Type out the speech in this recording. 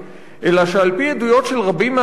אלא שעל-פי עדויות של רבים מהמפגינים,